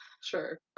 Sure